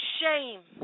shame